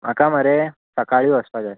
म्हाका मरे सकाळी वचपा जाय